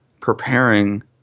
preparing